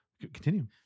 Continue